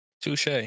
touche